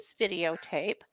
videotape